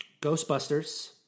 Ghostbusters